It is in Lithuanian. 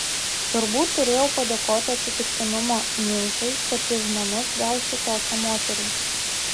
turbūt turėjau padėkoti atsitiktinumo nimfai kad į žmonas gausiu tokią moterį